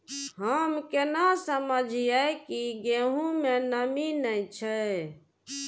हम केना समझये की गेहूं में नमी ने छे?